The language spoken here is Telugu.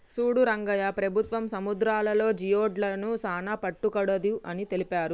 సూడు రంగయ్య ప్రభుత్వం సముద్రాలలో జియోడక్లను సానా పట్టకూడదు అని తెలిపారు